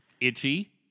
itchy